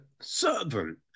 servant